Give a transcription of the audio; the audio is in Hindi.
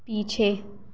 पीछे